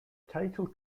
title